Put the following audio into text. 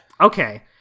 Okay